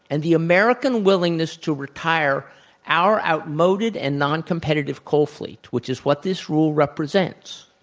and the american willingness to retire our outmoded and noncompetitive coal fleet, which is what this rule represents,